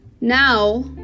now